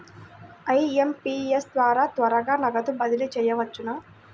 IMPS ద్వారా త్వరగా నగదు బదిలీ చేయవచ్చునా?